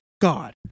god